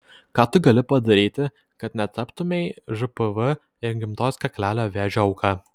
ką tu gali padaryti kad netaptumei žpv ir gimdos kaklelio vėžio auka